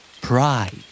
Pride